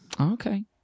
Okay